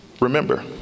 remember